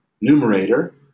numerator